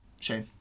Shame